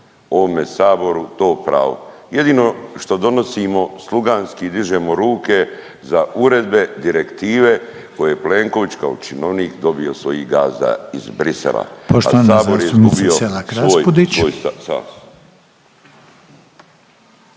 ovome Saboru to pravo. Jedino što donosimo, sluganski dižemo ruke za uredbe, direktive, koje Plenković kao činovnik dobio od svojih gazda iz Bruxellesa, a Sabor je …